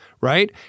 right